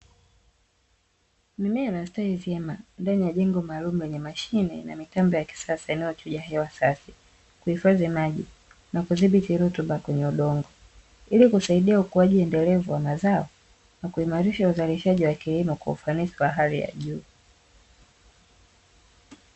Mimea inastawi vema ndani ya jengo maalumu lenye mashine na mitambo ya kisasa, inayochuja hewa safi, kuhifadhi maji na kudhibiti na rutuba kwenye udongo ilikusaidia ukuajiendelevu wa mazao na kuimarisha uzalishaji wa kilimo kwa ufanisi wa hali ya juu.